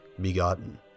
begotten